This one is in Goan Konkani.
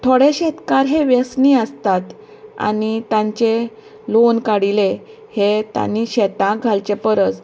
थोडे शेतकार हे व्यसनी आसतात आनी तांचे लॉन काडिल्ले हे तांणी शेतांत घालचें परस